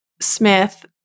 Smith